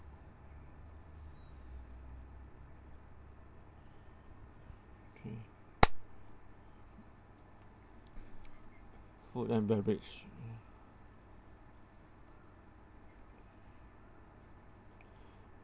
K food and beverage